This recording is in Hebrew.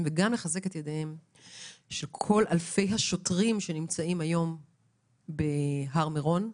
ולחזק את ידיהם של כל אלפי השוטרים שנמצאים היום בהר מירון.